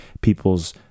people's